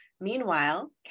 Meanwhile